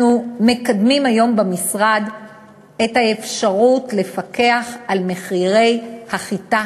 אנחנו מקדמים היום במשרד את האפשרות לפקח על מחירי החיטה